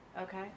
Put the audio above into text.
Okay